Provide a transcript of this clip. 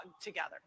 together